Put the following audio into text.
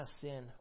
sin